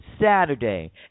Saturday